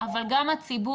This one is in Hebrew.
אבל גם הציבור,